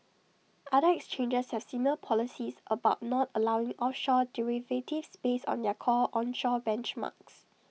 other exchanges have similar policies about not allowing offshore derivatives based on their core onshore benchmarks